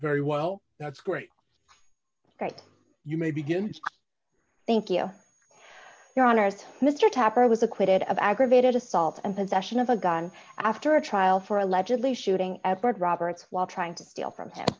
very well that's great great you may begin thank you your honor mr tapper was acquitted of aggravated assault and possession of a gun after a trial for allegedly shooting at bert roberts while trying to steal from him